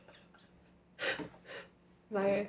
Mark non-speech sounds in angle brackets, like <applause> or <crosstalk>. <laughs> why leh